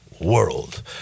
world